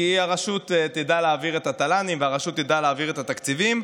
כי הרשות תדע להעביר את התל"נים והרשות תדע להעביר את התקציבים.